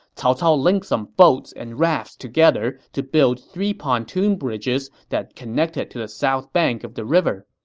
cao cao linked some boats and rafts together to build three pontoon bridges that connected to the south bank of the river.